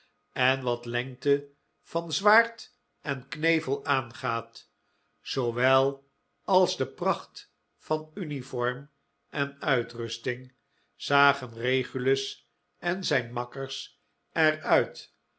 en wat lengtc van zwaard en knevel aangaat zoowel als de pracht van uniform en uitrusting zagen regulus en zijn makkers er